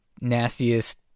nastiest